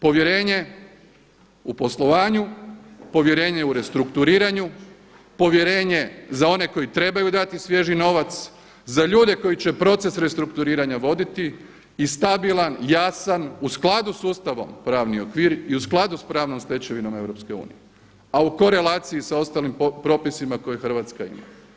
Povjerenje u poslovanju, povjerenje u restrukturiranju, povjerenje za one koji trebaju dati svježi novac, za ljude koji će proces restrukturiranja voditi i stabilan, jasan u skladu s Ustavom pravni okvir i u skladu s pravnom stečevinom EU, a u korelaciji s ostalim propisima koje Hrvatska ima.